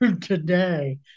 today